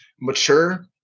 mature